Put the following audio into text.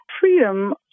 freedom